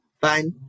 Fine